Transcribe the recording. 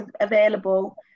available